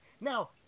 Now